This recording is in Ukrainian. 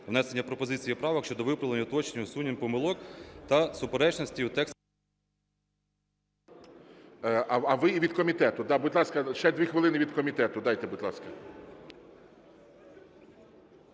внесення пропозицій і правок щодо виправлення уточнень, усунення помилок та суперечностей у тексті…